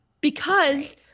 because-